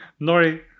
Nori